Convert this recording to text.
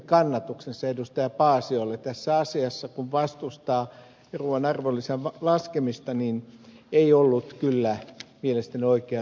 paasiolle tässä asiassa kun vastustaa ruuan arvonlisäveron laskemista ei ollut kyllä mielestäni oikeaan osunut